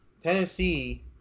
Tennessee